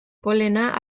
polena